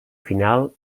final